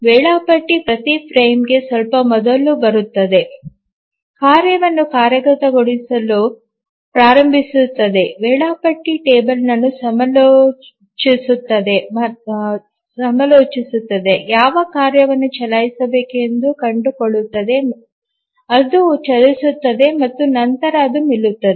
ವೇಳಾಪಟ್ಟಿ ಪ್ರತಿ ಫ್ರೇಮ್ಗೆ ಸ್ವಲ್ಪ ಮೊದಲು ಬರುತ್ತದೆ ಕಾರ್ಯವನ್ನು ಕಾರ್ಯಗತಗೊಳಿಸಲು ಪ್ರಾರಂಭಿಸುತ್ತದೆ ವೇಳಾಪಟ್ಟಿ ಟೇಬಲ್ ಅನ್ನು ಸಮಾಲೋಚಿಸುತ್ತದೆ ಯಾವ ಕಾರ್ಯವನ್ನು ಚಲಾಯಿಸಬೇಕು ಎಂದು ಕಂಡುಕೊಳ್ಳುತ್ತದೆ ಅದು ಚಲಿಸುತ್ತದೆ ಮತ್ತು ನಂತರ ಅದು ನಿಲ್ಲುತ್ತದೆ